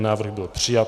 Návrh byl přijat.